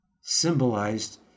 symbolized